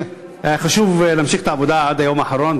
היה לי חשוב להמשיך את העבודה עד ליום האחרון,